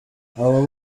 abo